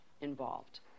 involved